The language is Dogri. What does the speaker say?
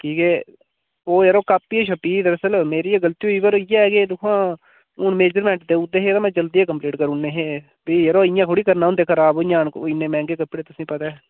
कि के ओह् यरो कापी छप्पी गेई दरअसल मेरी गै गलती होई पर इ'यै के दिक्खो हां हून मेज़रमेंट ते ओह्दे च हे नेईं तां में जल्दी गै कम्पलीट करी ने हे फ्ही यरो इ'यां थोह्ड़ी करने होंदे खराब होई जान इन्ने मैंह्गे कपड़े तुसें पता ऐ